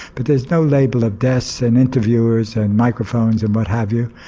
but there's no label of desks, and interviewers and microphones and what have you.